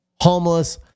homeless